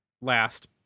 last